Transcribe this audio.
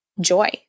joy